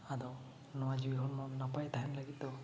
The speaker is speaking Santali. ᱟᱫᱚ ᱱᱚᱣᱟ ᱡᱤᱣᱤ ᱦᱚᱲᱢᱚ ᱱᱟᱯᱟᱭ ᱛᱟᱦᱮᱱ ᱞᱟᱹᱜᱤᱫ ᱫᱚ